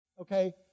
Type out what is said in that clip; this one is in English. Okay